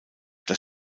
das